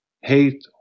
hate